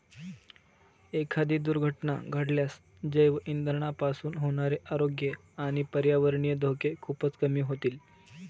एखादी दुर्घटना घडल्यास जैवइंधनापासून होणारे आरोग्य आणि पर्यावरणीय धोके खूपच कमी होतील